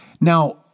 Now